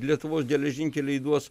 lietuvos geležinkeliai duos